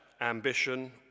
ambition